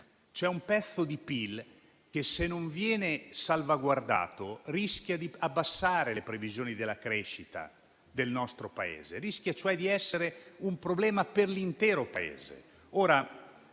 C'è un pezzo di PIL che, se non viene salvaguardato, rischia di abbassare le previsioni della crescita del nostro Paese, rischia cioè di essere un problema per l'intero Paese.